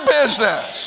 business